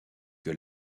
que